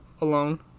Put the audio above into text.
alone